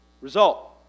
result